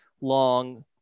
long